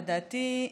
לדעתי,